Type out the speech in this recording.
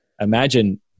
Imagine